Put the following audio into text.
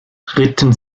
ritten